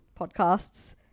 Podcasts